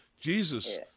Jesus